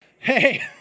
Hey